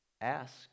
ask